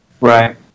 Right